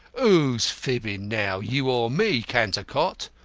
who's fribbling now, you or me, cantercot?